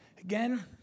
Again